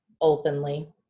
openly